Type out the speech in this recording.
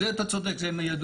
אז זה אתה צודק, זה הם ידעו.